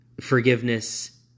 Forgiveness